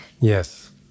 Yes